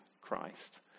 Christ